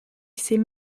sait